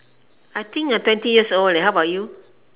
I think uh twenty years old leh how about you